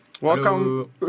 Welcome